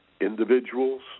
individuals